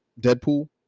Deadpool